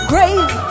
Grave